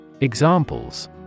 Examples